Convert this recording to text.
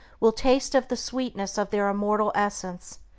will taste of the sweetness of their immortal essence,